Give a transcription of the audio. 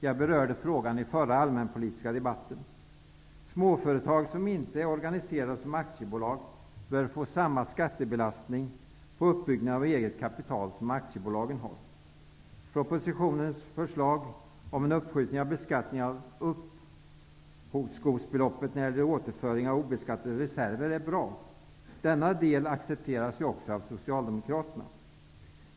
Jag berörde frågan i den förra allmänpolitiska debatten. Småföretag som inte är organiserade som aktiebolag bör få samma skattebelastning på uppbyggnaden av eget kapital som aktiebolagen har. Propositionens förslag om en uppskjutning av beskattningen av uppskovsbeloppet när det gäller återföring av obeskattade reserver är bra. Denna del accepterar ju också Socialdemokraterna.